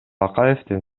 акаевдин